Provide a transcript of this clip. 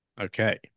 Okay